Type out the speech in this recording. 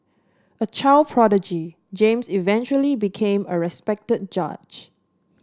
a child prodigy James eventually became a respected judge